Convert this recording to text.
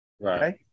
right